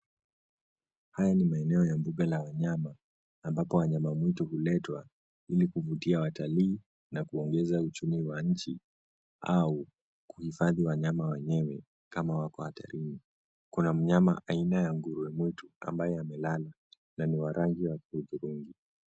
Haya ni maeneo ya mbuga la wanyama ambapo wanyama mwitu huletwa ili kuvutia watalii na kuongeza uchumi wa inchi, au kuhifadhi wanyama wenyewe kama wako hatarini. Kuna mnyama aina ya nguruwe mwitu ambaye amelala na ni wa rangi ya hudhurungi.